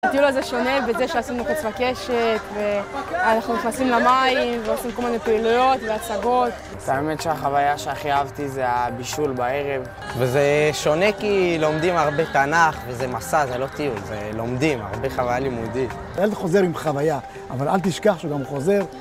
הטיול הזה שונה בזה שעשינו חץ וקשת, ואנחנו נכנסים למים ועושים כל מיני פעילויות והצגות את האמת שהחוויה שהכי אהבתי זה הבישול בערב וזה שונה כי לומדים הרבה תנ״ך וזה מסע, זה לא טיול, זה לומדים, הרבה חוויה לימודית הילד חוזר עם חוויה, אבל אל תשכח שהוא גם חוזר